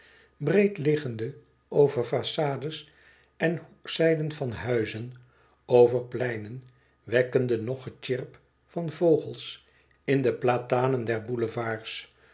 breed liggende over façades en hoekzijden van huizen over pleinen wekkende nog getjirp van vogels in de platanen der boulevards